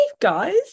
guys